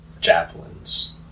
javelins